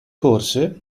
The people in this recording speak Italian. corse